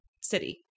city